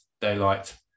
daylight